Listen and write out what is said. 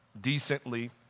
decently